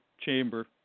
chamber